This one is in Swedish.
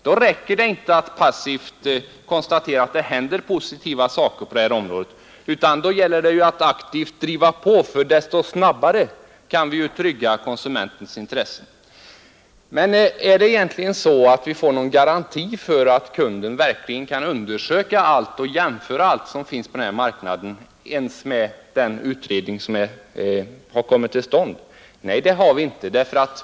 Då räcker det inte att passivt konstatera att det händer positiva saker på detta område, utan då gäller det att aktivt driva på, så att vi desto snabbare kan trygga konsumentens intressen. Men får vi egentligen någon garanti för att kunden verkligen kan undersöka och jämföra allt som finns på denna marknad ens med den utredning som har genom STYR-gruppen kommit till stånd? Nej, det får vi inte.